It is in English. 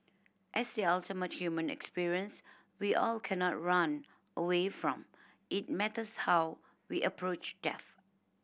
as the ultimate human experience we all cannot run away from it matters how we approach death